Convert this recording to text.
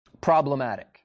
problematic